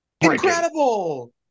incredible